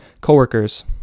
coworkers